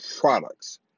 products